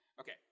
Okay